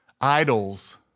idols